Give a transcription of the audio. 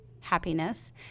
happiness